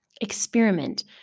Experiment